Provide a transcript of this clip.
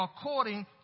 according